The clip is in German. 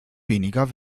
weniger